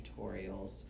tutorials